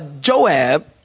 Joab